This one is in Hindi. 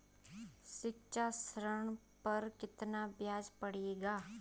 शिक्षा ऋण पर कितना ब्याज पड़ेगा?